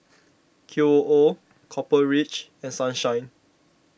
Qoo Copper Ridge and Sunshine